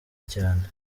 cyane